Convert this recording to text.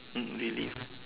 mm relive